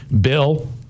Bill